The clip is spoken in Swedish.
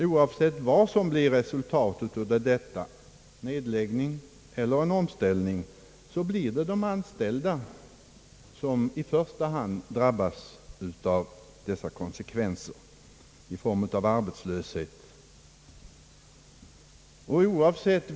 Oavsett vad som blir resultatet av detta, nedläggning eller omställning, drabbas i första hand de anställda av dessa konsekvenser i form av arbetslöshet.